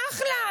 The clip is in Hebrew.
אחלה,